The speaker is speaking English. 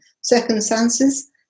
circumstances